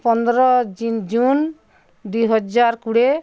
ପନ୍ଦର ଜୁନ୍ ଦୁଇ ହଜାର କୋଡ଼ିଏ